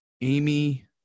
Amy